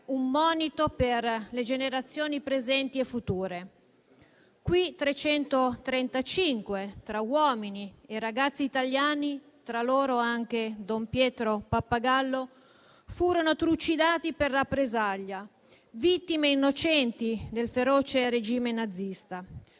un monito per le generazioni presenti e future. In quel luogo 335, tra uomini e ragazzi italiani, tra loro anche Don Pietro Pappagallo, furono trucidati per rappresaglia, vittime innocenti del feroce regime nazista.